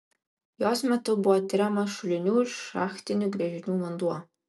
jos metu buvo tiriamas šulinių ir šachtinių gręžinių vanduo